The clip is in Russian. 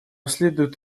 следует